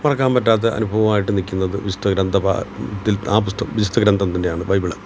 മറക്കാൻ പറ്റാത്ത അനുഭവമായിട്ടു നിൽക്കുന്നത് വിശുദ്ധ ഗ്രന്ഥഭാ ത്തിൽ ആ പുസ്തകം വിശുദ്ധ ഗ്രന്ഥം തന്നെയാണ് ബൈബിൾ